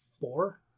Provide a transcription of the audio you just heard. four